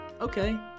okay